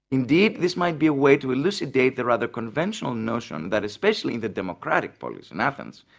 indeed, this might be a way to elucidate the rather conventional notion that, especially in the democratic polis in athens,